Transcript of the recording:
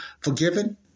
forgiven